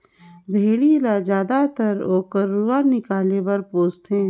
भेड़ी ल जायदतर ओकर रूआ निकाले बर पोस थें